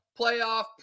playoff